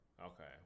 Okay